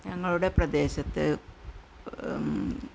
ഞങ്ങളുടെ പ്രദേശത്ത്